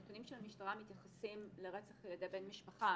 הנתונים של המשטרה מתייחסים לרצח על ידי בן משפחה.